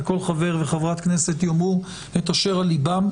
וכל חבר וחברת כנסת יאמרו את אשר על ליבם,